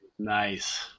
Nice